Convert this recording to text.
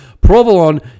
Provolone